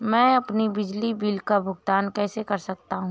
मैं अपने बिजली बिल का भुगतान कैसे कर सकता हूँ?